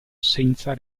senza